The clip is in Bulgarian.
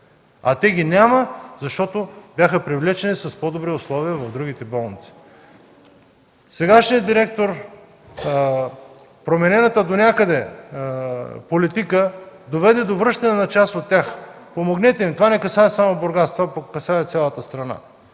а тях ги няма, защото бяха привлечени с по-добри условия в другите болници. Сегашният директор с променената донякъде политика доведе до връщането на част от тях. Помогнете им! Това не касае само Бургас, това касае цялата страна.